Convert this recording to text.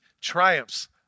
triumphs